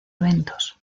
eventos